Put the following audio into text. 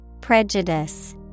Prejudice